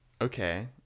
Okay